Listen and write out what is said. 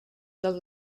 del